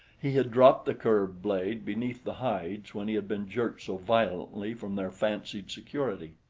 he had dropped the curved blade beneath the hides when he had been jerked so violently from their fancied security.